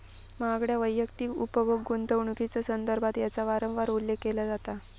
महागड्या वैयक्तिक उपभोग्य गुंतवणुकीच्यो संदर्भात याचा वारंवार उल्लेख केला जाता